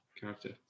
character